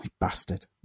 Bastard